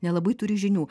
nelabai turi žinių